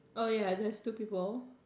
oh ya there's two people